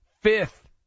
fifth